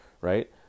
right